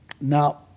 Now